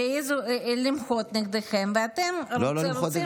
שהעזו למחות נגדכם, ואתם, לא, לא למחות נגדנו.